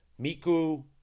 Miku